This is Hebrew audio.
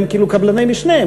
הם כאילו קבלני משנה,